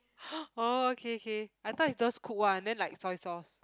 oh K K I thought it's those cooked one then like soy sauce